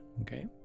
okay